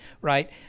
right